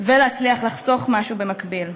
ולהצליח לחסוך משהו במקביל.